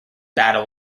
battle